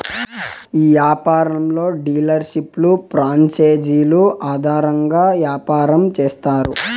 ఈ యాపారంలో డీలర్షిప్లు ప్రాంచేజీలు ఆధారంగా యాపారం చేత్తారు